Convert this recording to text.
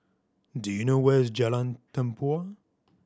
do you know where is Jalan Tempua